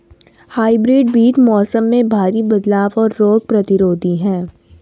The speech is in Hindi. हाइब्रिड बीज मौसम में भारी बदलाव और रोग प्रतिरोधी हैं